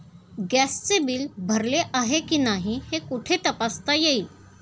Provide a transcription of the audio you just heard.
गॅसचे बिल भरले आहे की नाही हे कुठे तपासता येईल?